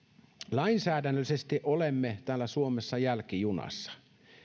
lainsäädännöllisesti olemme täällä suomessa jälkijunassa